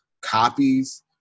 copies